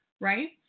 right